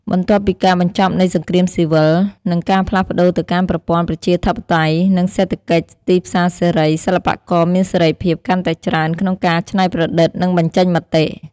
បន្ទាប់ពីការបញ្ចប់នៃសង្គ្រាមស៊ីវិល និងការផ្លាស់ប្តូរទៅកាន់ប្រព័ន្ធប្រជាធិបតេយ្យ និងសេដ្ឋកិច្ចទីផ្សារសេរី សិល្បករមានសេរីភាពកាន់តែច្រើនក្នុងការច្នៃប្រឌិត និងបញ្ចេញមតិ។